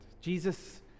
Jesus